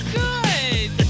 good